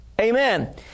Amen